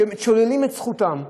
ששוללים את זכותם,